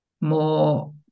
more